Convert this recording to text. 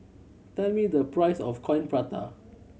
tell me the price of Coin Prata